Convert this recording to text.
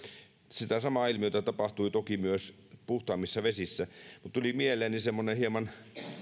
sitä samaa ilmiötä tapahtui toki myös puhtaammissa vesissä nyt tuli mieleeni semmoinen hieman